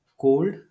cold